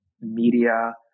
media